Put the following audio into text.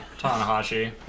Tanahashi